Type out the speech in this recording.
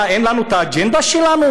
מה, אין לנו האג'נדה שלנו?